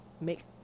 make